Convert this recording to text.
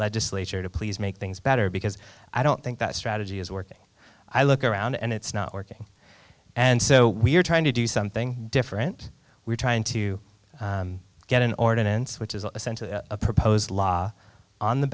legislature to please make things better because i don't think that strategy is working i look around and it's not working and so we're trying to do something different we're trying to get an ordinance which is essentially a proposed law on the